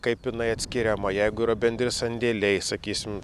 kaip jinai atskiriama jeigu yra bendri sandėliai sakysim